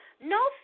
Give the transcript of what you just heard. No